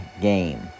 game